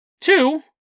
Two